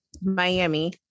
Miami